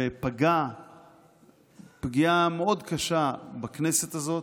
ופגע פגיעה מאוד קשה בכנסת הזאת.